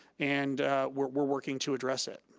and we're we're working to address it.